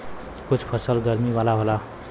कुछ फसल गरमी वाला होला